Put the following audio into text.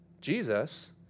Jesus